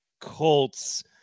Colts